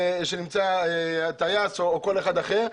להן זכה הטייס או כל אחד אחר.